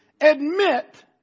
admit